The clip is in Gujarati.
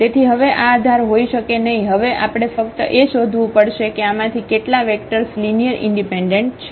તેથી હવે આ આધાર હોઈ શકે નહીં હવે આપણે ફક્ત એ શોધવું પડશે કે આમાંથી કેટલા વેક્ટર્સ લિનિયર ઇન્ડિપેન્ડન્ટ છે